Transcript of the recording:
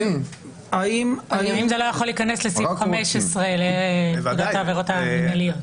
אם זה לא יכול להיכנס סעיף 15 לפקודת עבירות המינהליות.